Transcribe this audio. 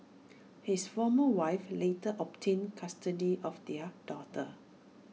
his former wife later obtained custody of their daughter